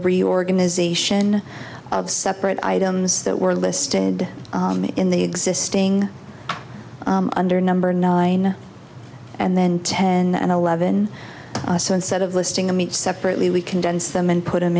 reorganization of separate items that were listed in the existing under number nine and then ten and eleven so instead of listing them each separately we condensed them and put